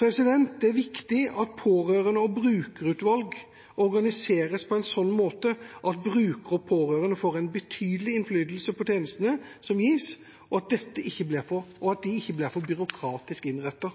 Det er viktig at pårørende og brukerutvalg organiseres på en sånn måte at brukere og pårørende får en betydelig innflytelse på tjenestene som gis, og at de ikke blir for byråkratisk innrettet.